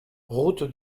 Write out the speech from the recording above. route